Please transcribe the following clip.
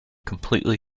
completely